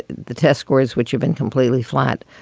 the test scores, which have been completely flat.